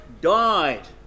died